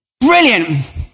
Brilliant